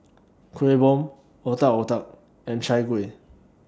Kueh Bom Otak Otak and Chai Kueh